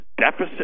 deficit